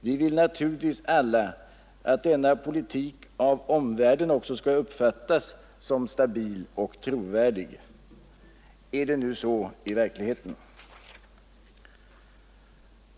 Vi vill naturligtvis alla att denna politik av omvärlden också skall uppfattas som stabil och trovärdig. Är det nu så i verkligheten?